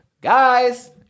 guys